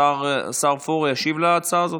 השר פורר ישיב להצעה הזאת?